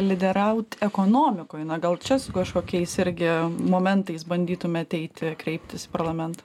lyderaut ekonomikoj na gal čia su kažkokiais irgi momentais bandytumėt eiti kreiptis į parlamentą